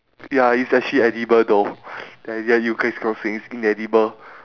ya it's actually edible though ya you guys gonna say it's inedible